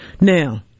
Now